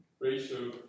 ratio